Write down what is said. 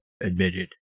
admitted